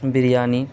biryani